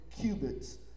cubits